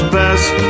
best